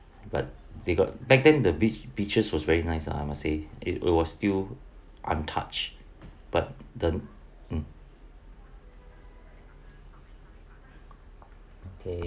but they got back then the beach beaches were very nice ah I must say it was still untouched but the mm okay